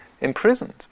imprisoned